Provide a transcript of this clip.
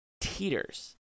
teeters